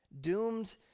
doomed